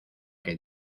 que